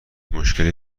مشکلی